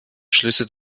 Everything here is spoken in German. schlüsse